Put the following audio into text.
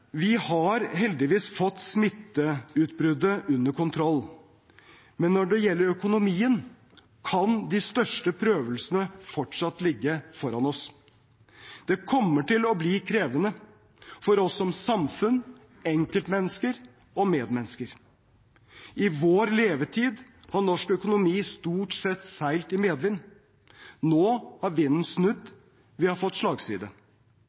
Vi har heldigvis fått smitteutbruddet under kontroll, men når det gjelder økonomien, kan de største prøvelsene fortsatt ligge foran oss. Det kommer til å bli krevende, for oss som samfunn, for enkeltmennesker og medmennesker. I vår levetid har norsk økonomi stort sett seilt i medvind. Nå har vinden snudd. Vi har fått slagside.